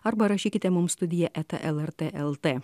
arba rašykite mums studija eta lrt lt